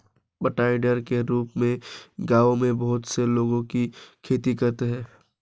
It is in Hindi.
बँटाईदार के रूप में गाँवों में बहुत से लोगों की खेती करते हैं